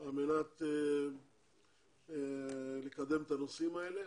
על מנת לקדם את הנושאים האלה.